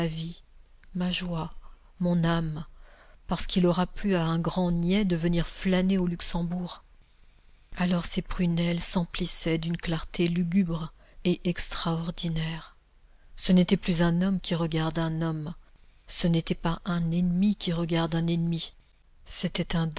ma joie mon âme parce qu'il aura plu à un grand niais de venir flâner au luxembourg alors ses prunelles s'emplissaient d'une clarté lugubre et extraordinaire ce n'était plus un homme qui regarde un homme ce n'était pas un ennemi qui regarde un ennemi c'était un